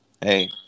Hey